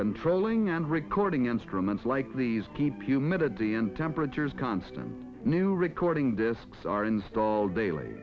controlling and recording instruments like these keep humid a day in temperatures constant new recording discs are installed daily